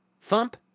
thump